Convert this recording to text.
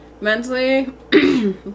Mentally